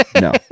No